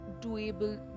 doable